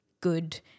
good